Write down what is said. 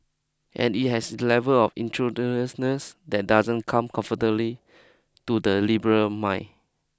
and it has a level of intrusiveness that doesn't come comfortably to the liberal mind